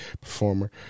performer